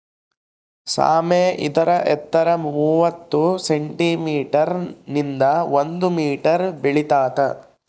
ಸಾಮೆ ಇದರ ಎತ್ತರ ಮೂವತ್ತು ಸೆಂಟಿಮೀಟರ್ ನಿಂದ ಒಂದು ಮೀಟರ್ ಬೆಳಿತಾತ